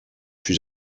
fut